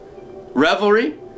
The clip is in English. Revelry